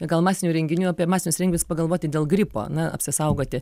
gal masinių renginių apie masinius renginius pagalvoti dėl gripo na apsisaugoti